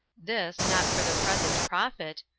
this, not for the present profit,